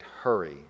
hurry